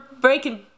breaking